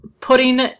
putting